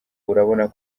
urabona